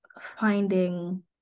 finding